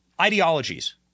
ideologies